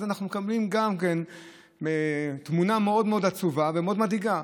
אנחנו מקבלים גם תמונה מאוד עצובה ומאוד מדאיגה: